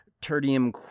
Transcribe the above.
tertium